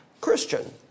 Christian